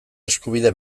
eskubide